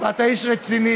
אתה איש רציני.